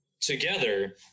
together